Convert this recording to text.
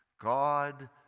God